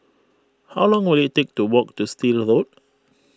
how long will it take to walk to Still Road